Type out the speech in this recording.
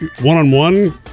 one-on-one